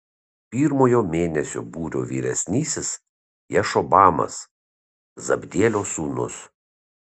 pirmojo mėnesio būrio vyresnysis jašobamas zabdielio sūnus